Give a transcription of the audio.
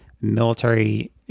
military